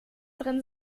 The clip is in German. drin